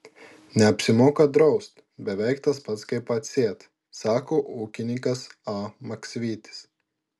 neapsimoka draust beveik tas pats kaip atsėt sako ūkininkas a maksvytis